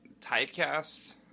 typecast